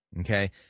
Okay